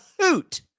hoot